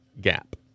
gap